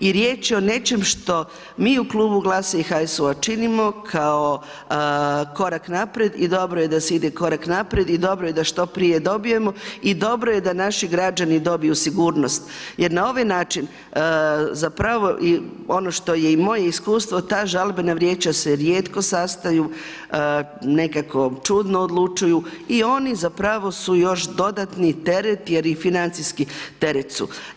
i riječ je o nečem što mi u klubu GLAS-a i HSU-a činimo kao korak naprijed i dobro je da se ide korak naprijed i dobro je da što prije dobijemo i dobro je da naši građani dobiju sigurnost jer na ovaj način i ono što je i moje iskustvo ta žalbena vijeća se rijetko sastaju nekako čudno odlučuju i oni su još dodatni teret jer i financijski teret su.